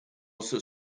also